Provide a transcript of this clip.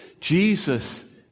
Jesus